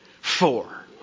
Four